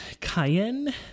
cayenne